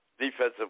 defensive